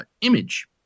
image